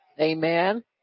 amen